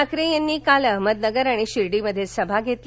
ठाकरे यांनी काल अहमदनगर आणि शिर्डी मध्ये सभा घेतल्या